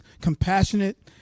compassionate